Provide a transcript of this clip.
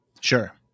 Sure